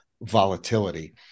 volatility